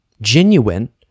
genuine